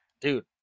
dude